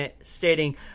stating